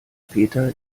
peter